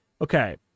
Okay